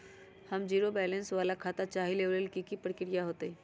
हम zero balance वाला खाता चाहइले वो लेल की की प्रक्रिया होतई?